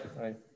right